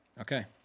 Okay